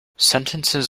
sentences